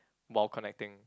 while connecting